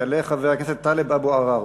יעלה חבר הכנסת טלב אבו עראר.